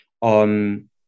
on